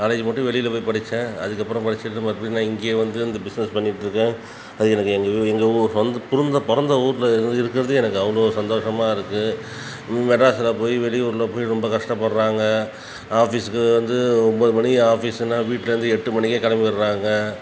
college மட்டும் வெளியில் போய் படித்தேன் அதுக்கப்புறம் படித்தது பார்த்திங்கன்னா இங்கேயே வந்து அந்த பிஸ்னஸ் பண்ணிக்கிட்டு இருக்கேன் அது எனக்கு எங்கள் ஊ எங்கள் ஊர் சொந்த குடும்ப பிறந்த ஊரில் இருக்கிறது எனக்கு அவ்வளோ சந்தோஷமாக இருக்குது மெட்ராஸில் போய் வெளியூரில் போய் ரொம்ப கஷ்டப்படுறாங்க ஆஃபிஸுக்கு வந்து ஒன்பது மணிக்கு ஆஃபிஸுனா வீட்டுலேருந்து எட்டு மணிக்கே கிளம்பிட்றாங்க